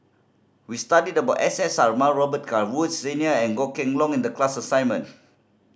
we studied about S S Sarma Robet Carr Woods Senior and Goh Kheng Long in the class assignment